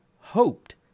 hoped